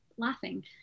laughing